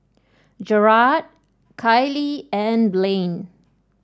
Jerrad Kailee and Blaine